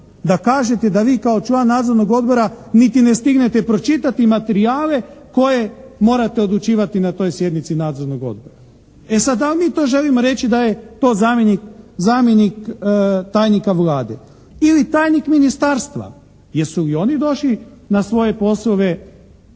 da kažete da vi kao član nadzornog odbora niti ne stignete pročitati materijale koje morate odlučivati na toj sjednici nadzornog odbora. E sad, da li mi to želimo reći da je to zamjenik tajnika Vlade ili tajnik ministarstva, jesu li oni došli na svoje poslove